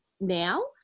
now